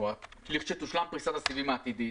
כאשר תושלם פריסת הסיבים העתידית,